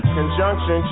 Conjunction